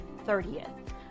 30th